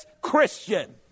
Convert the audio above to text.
Christian